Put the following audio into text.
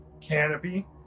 canopy